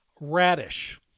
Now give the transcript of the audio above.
radish